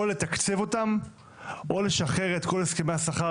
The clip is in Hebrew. או לתקצב אותן או לשחרר את כל הסכמי השכר